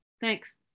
thanks